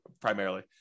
primarily